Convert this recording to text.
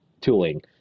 tooling